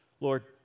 Lord